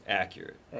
accurate